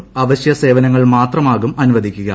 ആഅവശ്യ സേവനങ്ങൾ മാത്രമാകും അനുവദ്ദീക്കുക